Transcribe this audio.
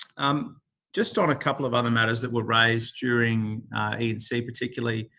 um just on a couple of other matters that were raised during e and c particularly,